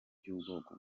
by’ubwoko